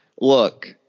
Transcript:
Look